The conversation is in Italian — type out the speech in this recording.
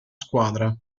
squadra